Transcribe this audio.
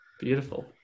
Beautiful